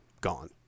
gone